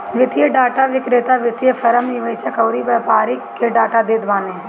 वित्तीय डाटा विक्रेता वित्तीय फ़रम, निवेशक अउरी व्यापारिन के डाटा देत बाने